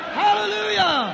hallelujah